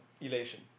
Elation